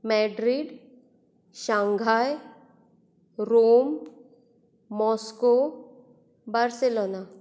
Madrid Shanghai Rome Moscow Barcelona